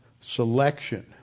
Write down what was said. selection